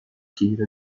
queira